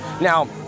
Now